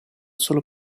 solo